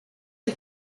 est